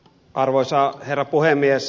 arvoisa herra puhemies